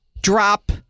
drop